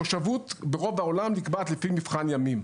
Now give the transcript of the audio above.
התושבות ברוב העולם נקבעת לפי מבחן ימים.